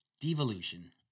devolution